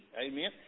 Amen